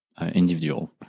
individual